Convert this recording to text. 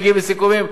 מגיעים לסיכומים.